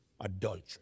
adultery